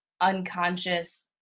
unconscious